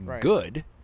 good